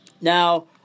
Now